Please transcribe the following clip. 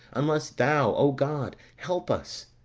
unless thou, o god, help us?